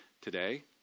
today